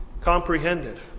comprehended